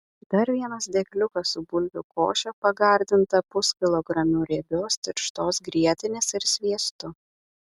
dar vienas dėkliukas su bulvių koše pagardinta puskilogramiu riebios tirštos grietinės ir sviestu